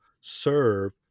serve